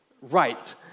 right